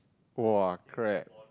!wah! crap